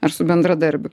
ar su bendradarbiu